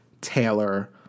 Taylor